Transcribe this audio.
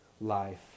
life